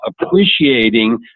appreciating